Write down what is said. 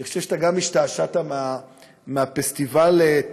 אני חושב שאתה גם השתעשעת מפסטיבל התמיכה